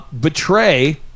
betray